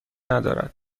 ندارد